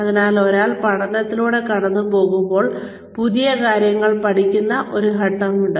അതിനാൽ ഒരാൾ പരിശീലനത്തിലൂടെ കടന്നുപോകുമ്പോൾ പുതിയ കാര്യങ്ങൾ പഠിക്കുന്ന ഒരു ഘട്ടമുണ്ട്